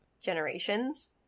generations